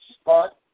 spot